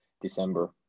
December